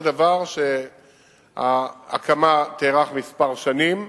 זה דבר שההקמה שלו תארך כמה שנים,